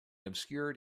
obscured